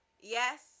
Yes